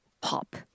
Pop